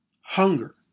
hunger